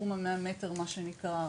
תחום ה-100 מטר מה שנקרא.